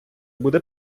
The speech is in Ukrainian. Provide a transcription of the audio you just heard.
буде